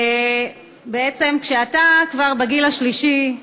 כשאתה כבר בגיל השלישי,